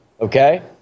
Okay